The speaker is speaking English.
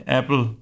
Apple